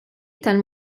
tal